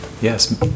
Yes